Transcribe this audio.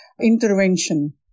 intervention